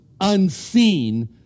unseen